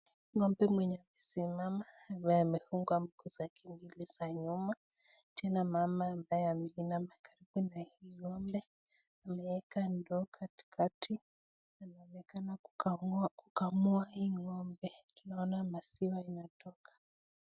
Ng'ombe mwenye amesimama ambaye amefungwa zake za nyuma, tena mama ambaye ameinama kando na hili ng'ombe ameweka ndoo katikati anaonekana kukamua hii ng'ombe tunaona maziwa inatoka.